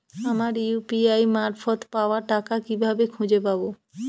আমার ইউ.পি.আই মারফত পাওয়া টাকা কিভাবে খুঁজে পাব?